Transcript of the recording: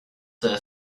there